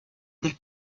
del